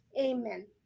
Amen